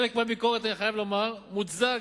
אני חייב לומר שחלק מהביקורת מוצדקת.